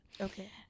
Okay